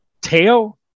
tail